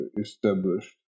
established